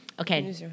Okay